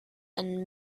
and